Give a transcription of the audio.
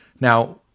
Now